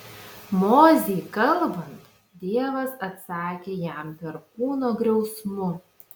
mozei kalbant dievas atsakė jam perkūno griausmu